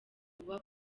buba